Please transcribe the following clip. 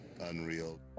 Unreal